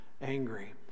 angry